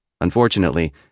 Unfortunately